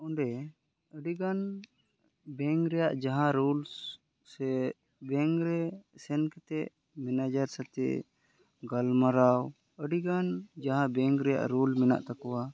ᱚᱰᱮ ᱟᱹᱰᱤ ᱜᱟᱱ ᱵᱮᱝᱠ ᱨᱮᱭᱟᱜ ᱡᱟᱦᱟᱸ ᱨᱩᱞᱥ ᱥᱮ ᱵᱮᱝᱠ ᱨᱮ ᱥᱮᱱ ᱠᱟᱛᱮ ᱢᱮᱱᱮᱡᱟᱨ ᱥᱟᱛᱮ ᱜᱟᱞᱢᱟᱨᱟᱣ ᱟᱹᱰᱤ ᱜᱟᱱ ᱡᱟᱦᱟᱸ ᱵᱮᱝᱠ ᱨᱮᱭᱟᱜ ᱨᱩᱞ ᱢᱮᱱᱟᱜ ᱛᱟᱠᱚᱣᱟ